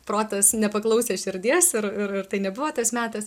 protas nepaklausė širdies ir ir ir tai nebuvo tas metas